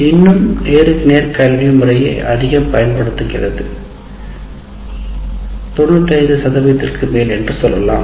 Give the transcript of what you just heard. இன்னும் நேருக்கு நேர் கல்வி முறையே அதிகம் பயன்படுத்தப்படுகிறது 95 சதவீதத்திற்கு மேல் என்று சொல்லலாம்